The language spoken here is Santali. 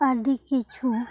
ᱟᱹᱰᱤ ᱠᱤᱪᱷᱩ